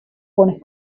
pones